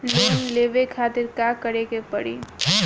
Loan लेवे खातिर का करे के पड़ी?